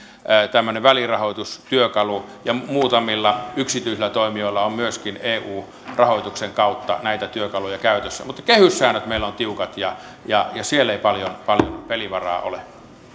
tämmöinen välirahoitustyökalu ja muutamilla yksityisillä toimijoilla on myöskin eu rahoituksen kautta näitä työkaluja käytössä mutta kehyssäännöt meillä ovat tiukat ja ja siellä ei paljon pelivaraa ole